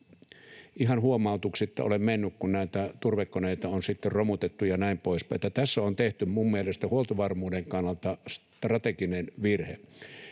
ihan huomautuksitta ole mennyt, kun näitä turvekoneita on romutettu ja näin poispäin, eli tässä on tehty minun mielestäni huoltovarmuuden kannalta strateginen virhe.